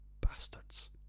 Bastards